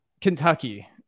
Kentucky